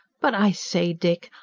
but i say, dick,